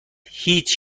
هیچ